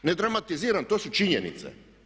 Ne dramatiziram, to su činjenice!